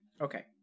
Okay